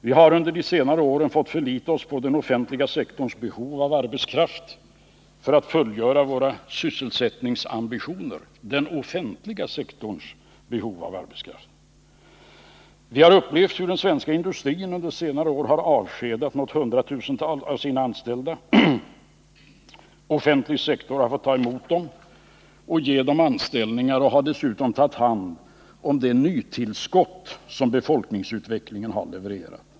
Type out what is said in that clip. Vi har under de senare åren fått förlita oss på den offentliga sektorns behov av arbetskraft för att fullgöra våra sysselsättningsambitioner. Vi har upplevt hur den svenska industrin under senare år avskedat något hundratusental av sina anställda. Den offentliga sektorn har fått ta emot dem och ge dem anställningar och har dessutom tagit hand om det nytillskott som befolkningsutvecklingen levererat.